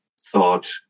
thought